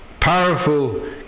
powerful